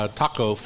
taco